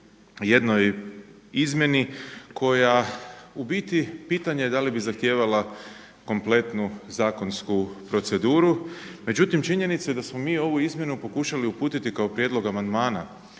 jednoj izmjeni koja u biti pitanje je da li bi zahtijevala kompletnu zakonsku proceduru. Međutim, činjenica je da smo mi ovu izmjenu pokušali uputiti kao prijedlog amandmana